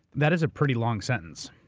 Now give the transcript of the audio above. that is a pretty long sentence.